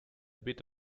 bit